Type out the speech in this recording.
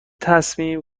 تصمیم